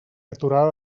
aturada